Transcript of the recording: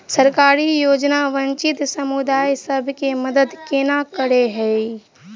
सरकारी योजना वंचित समुदाय सब केँ मदद केना करे है?